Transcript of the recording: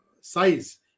size